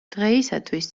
დღეისათვის